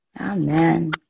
Amen